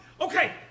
Okay